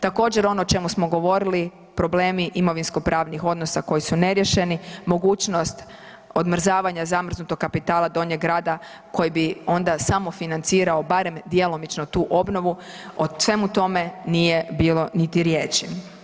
Također ono o čemu smo govorili, problemi imovinsko-pravnih odnosa koji su neriješeni, mogućnost odmrzavanja zamrznutog kapitala Donjeg grada koji bi onda samofinancirao barem djelomično tu obnovu o svemu tome nije bilo niti riječi.